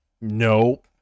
no